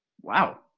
wow